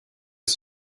ist